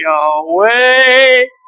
away